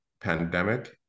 pandemic